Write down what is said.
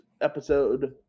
episode